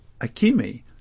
Akimi